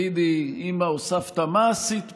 תגידי, אימא, או סבתא, מה עשית פה?